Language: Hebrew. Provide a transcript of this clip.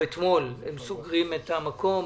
המקום.